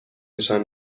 نشان